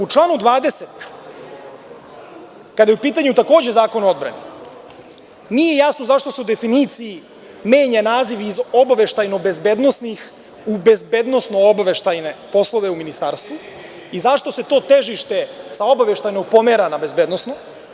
U članu 20, kada je u pitanju, takođe, Zakon o odbrani, nije jasno zašto se u definiciji menja naziv iz „obaveštajno-bezbednostnih“ u „bezbednosno-obaveštajne poslove u Ministarstvu“ i zašto se to težište sa obaveštajnog pomera na bezbednosno?